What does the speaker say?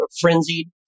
frenzied